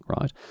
right